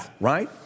right